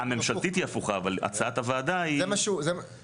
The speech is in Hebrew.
הממשלתית היא הפוכה אבל המלצת הוועדה היא --- אז